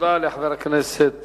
תודה לחבר הכנסת